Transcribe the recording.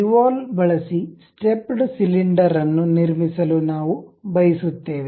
revolve ಬಳಸಿ stepped cylinder ಅನ್ನು ನಿರ್ಮಿಸಲು ನಾವು ಬಯಸುತ್ತೇವೆ